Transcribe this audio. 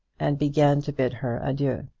and began to bid her adieu.